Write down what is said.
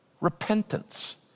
repentance